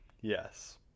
Yes